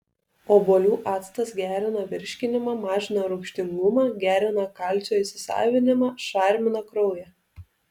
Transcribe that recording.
obuolių actas gerina virškinimą mažina rūgštingumą gerina kalcio įsisavinimą šarmina kraują